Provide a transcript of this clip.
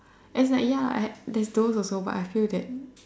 and is like ya I had there's those also but I feel that